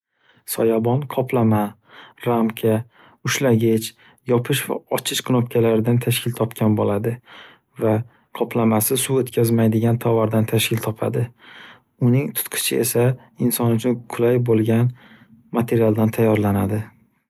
Soyabon qoplama, ramka, ushlagich yopish va ochish knopkalaridan tashkil topgan bo’ladi va qoplamasi suv o’tkazmaydigan tovardan tashkil topadi. Uning tutqichi esa insonlar uchun qulay bo’lgan materiyaldan tayyorlanadi.